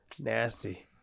nasty